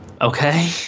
okay